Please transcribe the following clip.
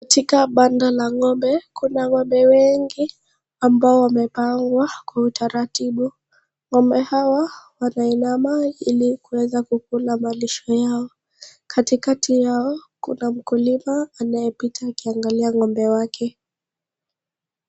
Katika banda la ng'ombe kuna ng'ombe wengi ambao wamepangwa kwa utaratibu, ng'ombe hawa wanainama ili kuweza kukula malisho yao katikati yao kuna mkulima anayepita akiangalia ng'ombe wake.